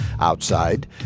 outside